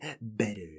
better